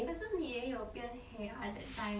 可是你也有变黑 ha that time